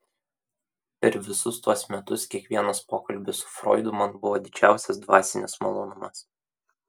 per visus tuos metus kiekvienas pokalbis su froidu man buvo didžiausias dvasinis malonumas